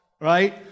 right